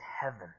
heaven